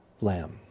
lamb